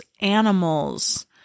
animals